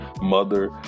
mother